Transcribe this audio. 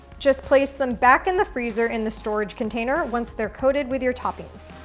just place them back in the freezer in the storage container once they're coated with your toppings.